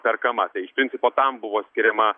perkama tai iš principo tam buvo skiriama